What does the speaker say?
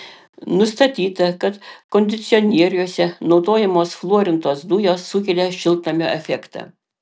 nustatyta kad kondicionieriuose naudojamos fluorintos dujos sukelia šiltnamio efektą